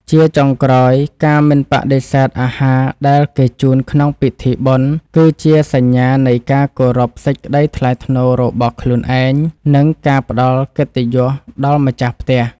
ជាចុងក្រោយការមិនបដិសេធអាហារដែលគេជូនក្នុងពិធីបុណ្យ គឺជាសញ្ញានៃការគោរពសេចក្តីថ្លៃថ្នូររបស់ខ្លួនឯង និងការផ្តល់កិត្តិយសដល់ម្ចាស់ផ្ទះ។